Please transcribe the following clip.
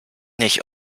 nicht